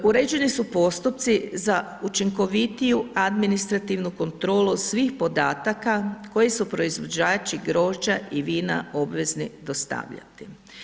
Uređeni su postupci za učinkovitiju administrativnu kontrolu svih podataka koje su proizvođači grožđa i vina obvezni dostavljati.